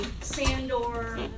Sandor